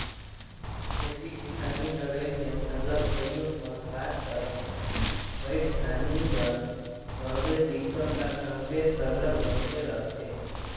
खेती किसानी करई में सरलग कइयो परकार कर पइरसानी ल कहबे दिक्कत ल कहबे सरलग होते रहथे